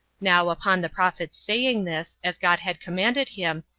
now, upon the prophet's saying this, as god had commanded him,